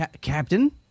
Captain